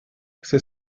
c’est